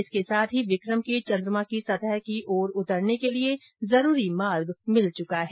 इसके साथ ही विक्रम के चन्द्रमा की सतह की ओर उतरने के लिए जरूरी मार्ग मिल चुका है